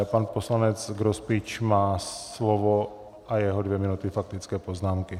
Pan poslanec Grospič má slovo a jeho dvě minuty faktické poznámky.